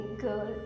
girl